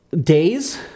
days